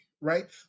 right